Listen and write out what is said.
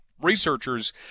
researchers